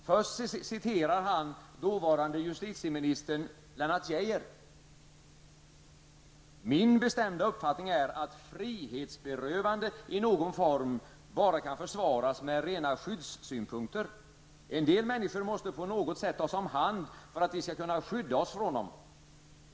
Först citerar han dåvarande justitieminister ''Min bestämda uppfattning är att frihetsberövande i någon form bara kan försvaras med rena skyddssynpunkter. En del människor måste på något sätt tas om hand för att vi skall kunna skydda oss från dem.